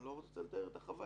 אני לא רוצה לתאר את החוויה.